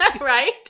right